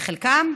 בחלקן,